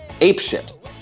Apeshit